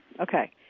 Okay